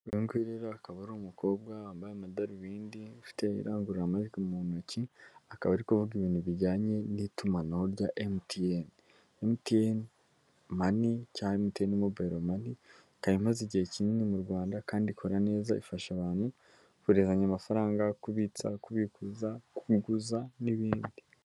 Uyu rero akaba ari umukobwa wambaye amadarubindi ufite irangururamajwik mu ntoki, akaba ari kuvuga ibintu bijyanye n'itumanaho ryaMTN (mobile money) ikaba imaze igihe kinini mu Rwanda kandi ikora neza ifasha abantu kohererezanya amafaranga kubitsa, kubikuza, kuguza n'ibindi